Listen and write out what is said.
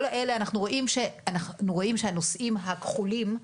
כל אלה, הנושאים הכחולים,